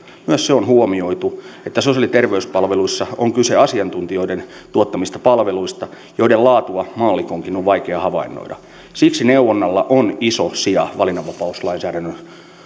myös se on huomioitu että sosiaali ja terveyspalveluissa on kyse asiantuntijoiden tuottamista palveluista joiden laatua maallikonkin on vaikea havainnoida siksi neuvonnalla on iso sija valinnanvapauslainsäädännön